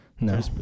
No